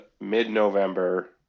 mid-November